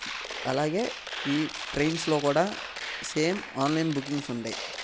అలాగే ఈ ట్రైన్స్లో కూడా సేమ్ ఆన్లైన్ బుకింగ్స్ ఉంటాయి